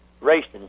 racing